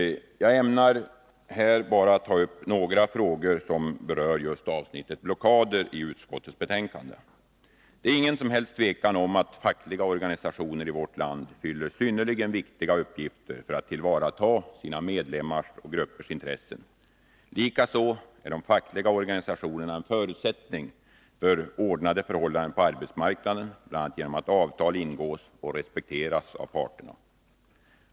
Jag ämnar här bara ta upp det avsnitt i utskottsbetänkandet som berör blockader. Det råder inget som helst tvivel om att fackliga organisationer i vårt land fyller synnerligen viktiga uppgifter för att tillvarata sina medlemmars och Nr 43 gruppers direkta intressen. Likaså är de fackliga organisationerna en Onsdagen den förutsättning för ordnade förhållanden på arbetsmarknaden, bl.a. genom att 8 december 1982 avtal ingås och respekteras av parterna.